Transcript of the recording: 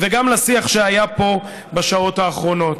וגם לשיח שהיה פה בשעות האחרונות.